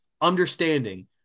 understanding